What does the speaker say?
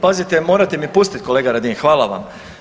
Pazite, morate mi pustit kolega Radin, hvala vam.